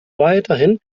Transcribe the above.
weiterhin